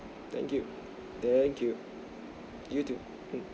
thank you thank you you too mm